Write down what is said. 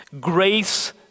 Grace